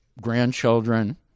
grandchildren